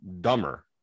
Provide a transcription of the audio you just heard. dumber